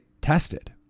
tested